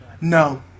No